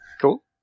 Cool